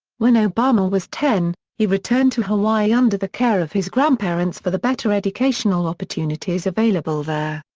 when obama was ten, he returned to hawaii under the care of his grandparents for the better educational opportunities available there.